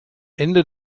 ende